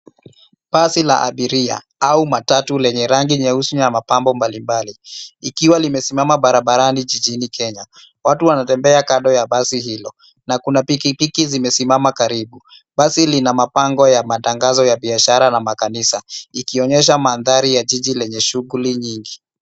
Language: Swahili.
Basi la abiria au matatu lenye rangi nyeusi na mapambo mbalimbali, ikiwa limesimama barabarani jijini Kenya. Watu wanatembea kando ya basi hilo. Na kuna pikipiki zimesimama karibu. Basi lina mabango ya matangazo ya biashara na makanisa, ikionyesha mandhari ya jiji lenye shughuli nyingi.